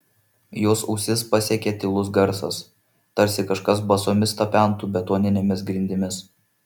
jos ausis pasiekė tylus garsas tarsi kažkas basomis tapentų betoninėmis grindimis